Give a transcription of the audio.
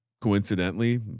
Coincidentally